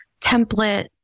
template